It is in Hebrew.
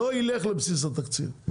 לא יילך לבסיס התקציב,